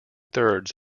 thirds